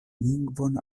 lingvon